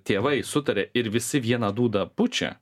tėvai sutaria ir visi vieną dūdą pučia